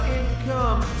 income